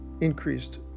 increased